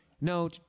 No